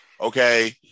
Okay